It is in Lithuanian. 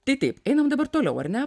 tai taip einam dabar toliau ar ne